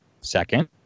Second